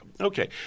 Okay